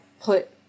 put